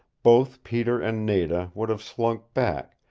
both peter and nada would have slunk back,